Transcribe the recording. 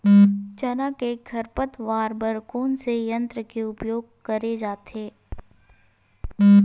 चना के खरपतवार बर कोन से यंत्र के उपयोग करे जाथे?